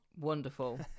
Wonderful